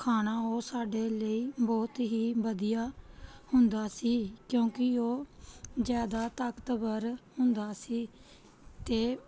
ਖਾਣਾ ਉਹ ਸਾਡੇ ਲਈ ਬਹੁਤ ਹੀ ਵਧੀਆ ਹੁੰਦਾ ਸੀ ਕਿਉਂਕਿ ਉਹ ਜ਼ਿਆਦਾ ਤਾਕਤਵਰ ਹੁੰਦਾ ਸੀ ਅਤੇ